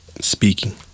speaking